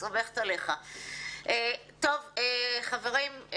טוב חברים,